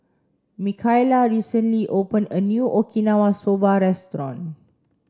Mikaila recently opened a new Okinawa Soba restaurant